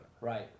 right